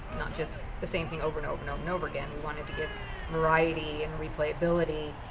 not just the same thing over and over and um and over again. we wanted to give variety and replayability.